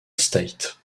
states